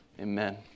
Amen